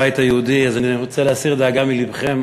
אני רוצה להסיר דאגה מלבכם,